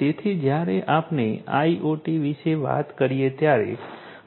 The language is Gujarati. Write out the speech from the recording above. તેથી જ્યારે આપણે આઇઓટી વિશે વાત કરીએ ત્યારે